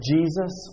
Jesus